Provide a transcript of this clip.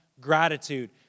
gratitude